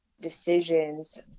decisions